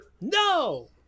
No